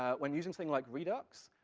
ah when using something like redux,